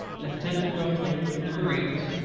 lieutenant rotely of the marines,